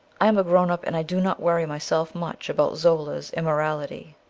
i am grown up, and i do not worry myself much about zola's immorality.